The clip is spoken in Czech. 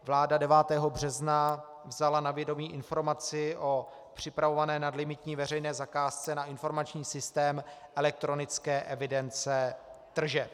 Vláda 9. března vzala na vědomí informaci o připravované nadlimitní veřejné zakázce na informační systém elektronické evidence tržeb.